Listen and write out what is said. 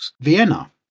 vienna